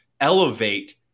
elevate